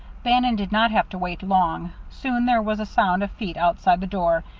bannon did not have to wait long. soon there was a sound of feet outside the door,